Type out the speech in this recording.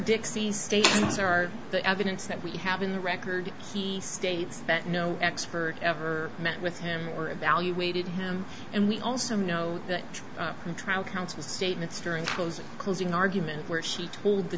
dixey statements are the evidence that we have in the record he states that no expert ever met with him or evaluated him and we also know that from trial counsel statements during those closing arguments where she told the